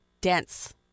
dense